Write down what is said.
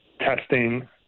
testing